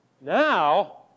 Now